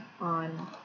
on